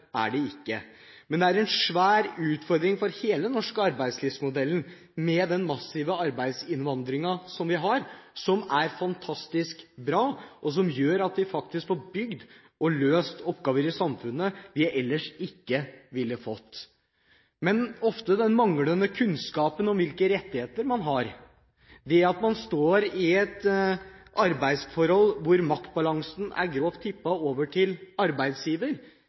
ikke. Den massive arbeidsinnvandringen vi har – som er fantastisk bra, og som gjør at vi får løst oppgaver i samfunnet som vi ellers ikke ville få gjort – er en stor utfordring for hele den norske arbeidslivsmodellen. Det er også manglende kunnskap om hvilke rettigheter man har, at man står i et arbeidsforhold der maktbalansen har tippet grovt over til arbeidsgiver,